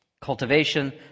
Cultivation